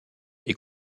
est